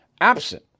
absent